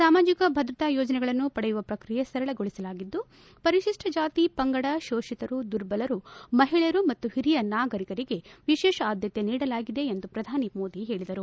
ಸಾಮಾಜಿಕ ಭದ್ರತಾ ಯೋಜನೆಗಳನ್ನು ಪಡೆಯುವ ಪ್ರಕ್ರಿಯೆ ಸರಳಗೊಳಸಲಾಗಿದ್ದು ಪರಿಶಿಪ್ಪ ಜಾತಿದೆಂಗಡ ಶೋಷಿತರು ದುರ್ಬಲರು ಮಹಿಳೆಯರು ಮತ್ತು ಹಿರಿಯ ನಾಗರಿಕರಿಗೆ ವಿಶೇಷ ಆದ್ಲತೆ ನೀಡಲಾಗಿದೆ ಎಂದು ಪ್ರಧಾನಿ ಮೋದಿ ಹೇಳದರು